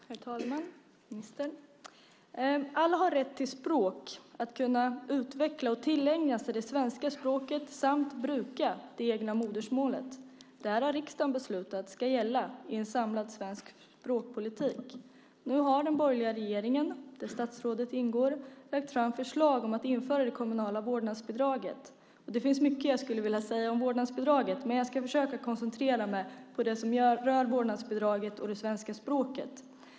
Herr talman! Ministern! Alla har rätt till språk, att kunna utveckla och tillägna sig det svenska språket samt bruka det egna modersmålet. Det har riksdagen beslutat ska gälla i en samlad svensk språkpolitik. Nu har den borgerliga regeringen, där statsrådet ingår, lagt fram förslag om att införa det kommunala vårdnadsbidraget. Det finns mycket jag skulle vilja säga om vårdnadsbidraget, men jag ska försöka att koncentrera mig på det som rör vårdnadsbidraget och det svenska språket.